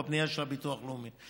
בנייה של סניפי הביטוח הלאומי.